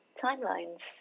timelines